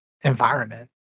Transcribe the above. environment